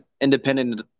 independent